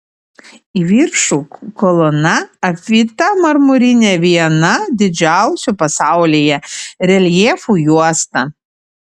į viršų kolona apvyta marmurine viena didžiausių pasaulyje reljefų juosta